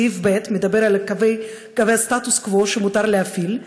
סעיף (ב) מדבר על קווי הסטטוס קוו שמותר להפעיל,